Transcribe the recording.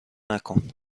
نکن